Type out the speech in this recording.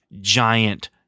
giant